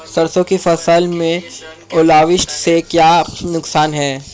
सरसों की फसल में ओलावृष्टि से क्या नुकसान है?